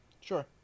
Sure